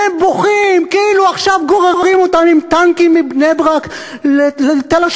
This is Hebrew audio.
והם בוכים כאילו עכשיו גוררים אותם עם טנקים מבני-ברק לתל-השומר,